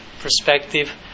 perspective